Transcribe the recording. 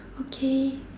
okay